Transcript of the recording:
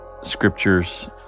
scriptures